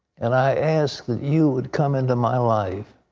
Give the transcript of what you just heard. and i ask that you would come into my life,